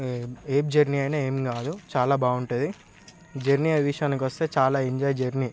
ఏం ఏం జర్నీ అయినా ఏం కాదు చాలా బాగుంటుంది ఈ జర్నీ విషయానికొస్తే చాలా ఎంజాయ్ జర్నీ